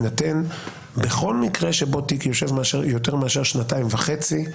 יינתן בכל מקרה שבו תיק יושב יותר משנתיים וחצי,